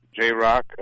J-Rock